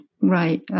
right